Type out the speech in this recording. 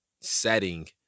setting